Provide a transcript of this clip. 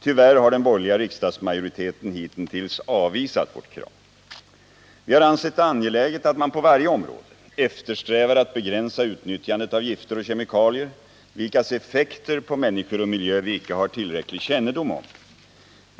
Tyvärr har den borgerliga riksdagsmajoriteten hitintills avvisat vårt krav. Vi har ansett det angeläget att man på varje område eftersträvar att begränsa utnyttjandet av gifter och kemikalier, vilkas effekter på människor och miljö vi icke har tillräcklig kännedom om.